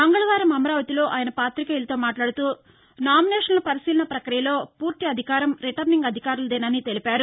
మంగళవారం అమరావతిలో ఆయన పాతికేయులతో మాట్లాడుతూనామినేషన్ల పరిశీలన ప్రక్రియలో పూర్తి అధికారం రిటర్నింగ్ అధికారులదేనని తెలిపారు